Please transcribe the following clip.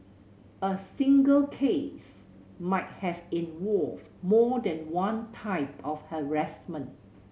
a single case might have involved more than one type of harassment